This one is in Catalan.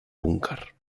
búnquer